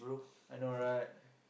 I know right